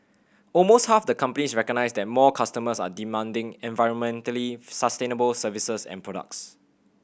almost half the companies recognise that more customers are demanding environmentally sustainable services and products